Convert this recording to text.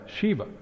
Shiva